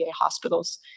hospitals